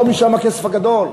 לא משם הכסף הגדול.